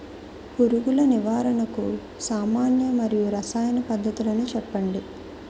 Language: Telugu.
పురుగుల నివారణకు సామాన్య మరియు రసాయన పద్దతులను చెప్పండి?